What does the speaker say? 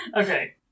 okay